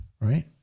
right